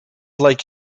like